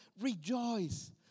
Rejoice